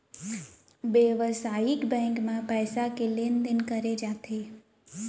बेवसायिक बेंक म पइसा के लेन देन करे जाथे